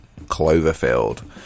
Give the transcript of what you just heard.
Cloverfield